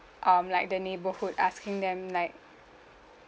um like the neighbourhood asking them like